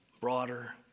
broader